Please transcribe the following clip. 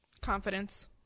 Confidence